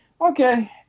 Okay